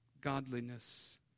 godliness